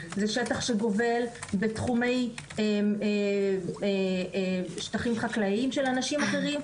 זה שטח שגובל בתחומי שטחים חקלאיים של אנשים אחרים,